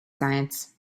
science